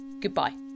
Goodbye